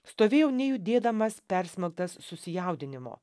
stovėjau nejudėdamas persmelktas susijaudinimo